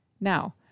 Now